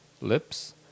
lips